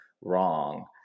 wrong